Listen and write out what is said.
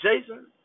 Jason